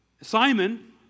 Simon